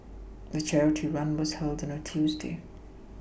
the charity run was held on a Tuesday